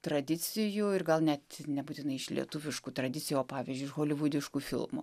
tradicijų ir gal net nebūtinai iš lietuviškų tradicijų o pavyzdžiui iš holivudiškų filmų